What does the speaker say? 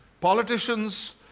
politicians